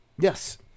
Yes